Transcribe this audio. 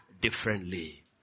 differently